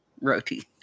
roti